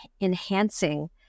enhancing